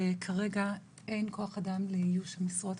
וכרגע אין כוח אדם לאיוש המשרות,